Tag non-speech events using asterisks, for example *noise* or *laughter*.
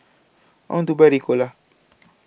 on to Buy Ricola *noise*